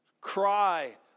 cry